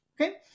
okay